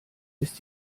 ist